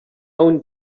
own